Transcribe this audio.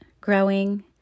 growing